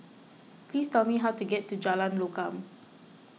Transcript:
please tell me how to get to Jalan Lokam